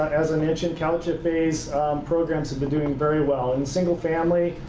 as i mentioned, calhfa's programs have been doing very well. in single family,